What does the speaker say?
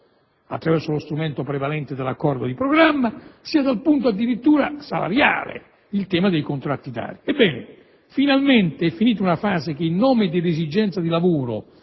attraverso lo strumento prevalente dell'accordo di programma, sia dal punto di vista addirittura salariale, e ricordo il tema dei contratti d'area. Ebbene, finalmente è finita una fase che, in nome di un'esigenza di lavoro,